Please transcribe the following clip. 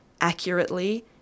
accurately